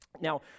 Now